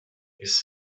ist